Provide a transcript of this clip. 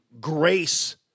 grace